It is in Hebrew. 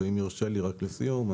אם יורשה לי לסיום,